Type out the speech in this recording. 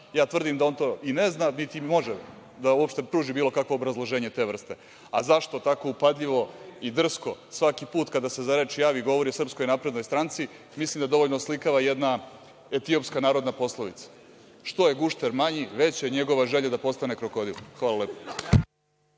Ja tvrdim da on to i ne zna, niti može da uopšte pruži bilo kakvo obrazloženje te vrste.Zašto tako upadljivo i drsko svaki put kada se za reč javi govori o SNS, mislim da dovoljno oslikava jedna etiopska narodna poslovica – što je gušter manji, veća je njegova želja da postane krokodil. Hvala lepo.